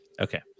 Okay